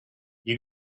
you